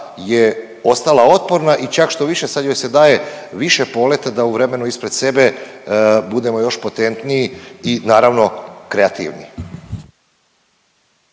je ostala otporna i čak štoviše sad joj se daje više poleta da u vremenu ispred sebe budemo još potentniji i naravno kreativniji.